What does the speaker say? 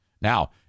Now